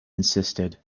insisted